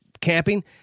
camping